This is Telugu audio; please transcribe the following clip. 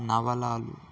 నవలలు